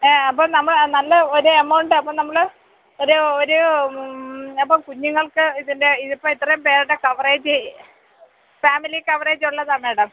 അപ്പോം നമ്മൾ നല്ല ഒരെമൌണ്ട് അപ്പോൾ നമ്മൾ ഒരു ഒരു അപ്പോൾ കുഞ്ഞുങ്ങൾക്ക് ഇതിന്റെ ഇതിപ്പോൾ ഇത്രയും പേരുടെ കവറേജ് ഫാമിലി കവറേജുള്ളതാണ് മാഡം